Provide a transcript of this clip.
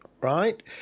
right